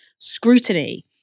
Scrutiny